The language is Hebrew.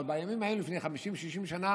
אבל בימים ההם, לפני 50, 60 שנה,